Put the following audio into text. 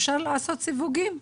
אפשר לעשות סיווגים,